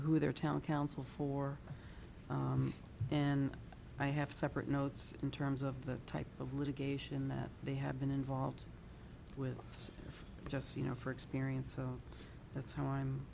who their town council for and i have separate notes in terms of the type of litigation that they have been involved with it's just you know for experience so that's how i